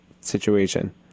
situation